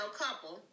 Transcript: couple